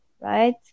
right